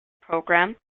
program